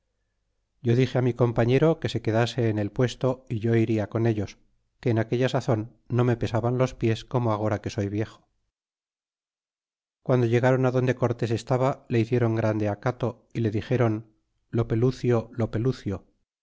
yo dixe fi mi compañero que se quedase en el puesto fi yo iria con ellos que en aquella sazon no me pesaban los pies como agora que soy viejo y guando llegaron adonde cortés estaba le hiciéron grande acato y le dixéron lopelucio lopelucio que